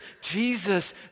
Jesus